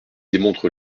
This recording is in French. démontre